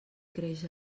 creix